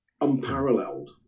unparalleled